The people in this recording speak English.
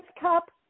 cup